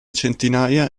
centinaia